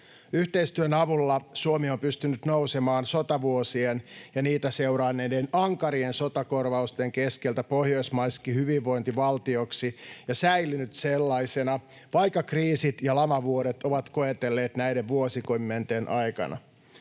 Yhteistyön avulla Suomi on pystynyt nousemaan sotavuosien ja niitä seuranneiden ankarien sotakorvausten keskeltä pohjoismaiseksi hyvinvointivaltioksi ja säilynyt sellaisena, vaikka kriisit ja lamavuodet ovat koetelleet näiden vuosikymmenten aikana.